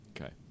Okay